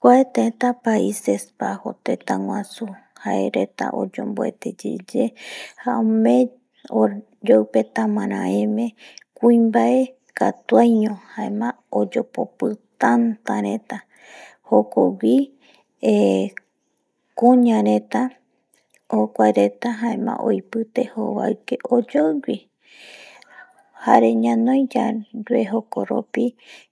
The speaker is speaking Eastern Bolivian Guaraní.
Kuae teta paises bajos tetaguasu jae reta oyonbuete yeye ome oyoioe tamaraeme kuinbae katuiaño jaemo oyopopi tata reta jokowi eh kuña reta jokua reta jaema oipite joba oyoiwi jare ñabae yave jokoropi